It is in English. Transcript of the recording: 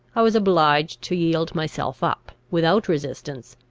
i was obliged to yield myself up, without resistance,